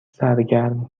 سرگرم